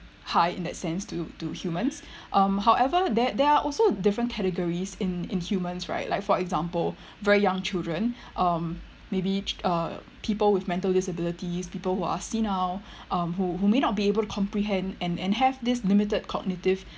high in that sense to to humans um however there there are also different categories in in humans right for example very young children um maybe uh people with mental disability people who are see now um who who may not be able to comprehend and and have this limited cognitive